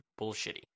bullshitty